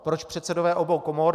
Proč předsedové obou komor.